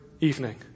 evening